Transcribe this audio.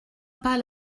pas